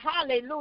hallelujah